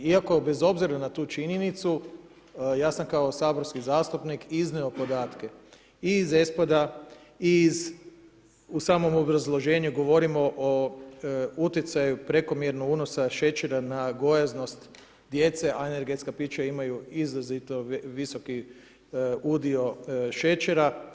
Iako bez obzira na tu činjenicu, ja sam kao saborski zastupnik iznio podatke i iz ESPAD-a, i iz u samom obrazloženju govorimo o utjecaju prekomjernog unosa šećera na gojaznost djece a energetska pića imaju izrazito visoki udio šećera.